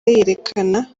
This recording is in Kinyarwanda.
yerekana